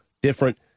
different